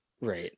Right